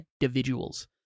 individuals